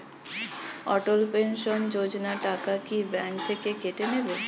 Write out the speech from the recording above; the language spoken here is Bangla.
অটল পেনশন যোজনা টাকা কি ব্যাংক থেকে কেটে নেবে?